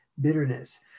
bitterness